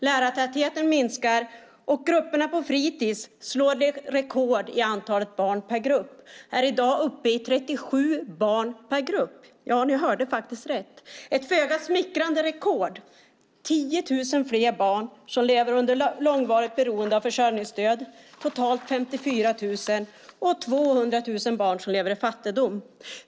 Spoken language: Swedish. Lärartätheten minskar, och grupperna på fritids slår rekord i antalet barn per grupp och är i dag uppe i 37 barn per grupp - ja, ni hörde faktiskt rätt - ett föga smickrande rekord. 10 000 fler barn lever under långvarigt beroende av försörjningsstöd, totalt 54 000, och 200 000 lever i fattigdom.